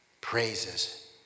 praises